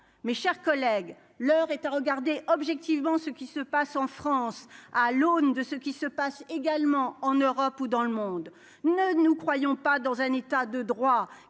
mes chers collègues, l'heure est à regarder objectivement ce qui se passe en France, à l'aune de ce qui se passe également en Europe où dans le monde ne nous croyons pas dans un état de droit,